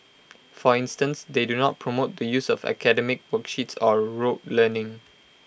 for instance they do not promote the use of academic worksheets or rote learning